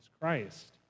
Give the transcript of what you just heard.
Christ